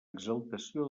exaltació